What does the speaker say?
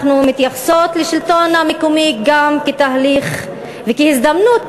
אנחנו מתייחסות לשלטון המקומי גם כאל תהליך והזדמנות